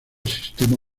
sistema